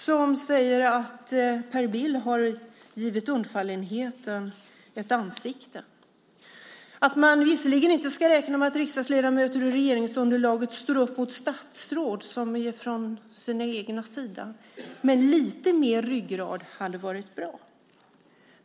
Den säger att Per Bill har givit undfallenheten ett ansikte, att man visserligen inte ska räkna med att riksdagsledamöter ur regeringsunderlaget står upp mot statsråd som är från sin egen sida men att lite mer ryggrad hade varit bra.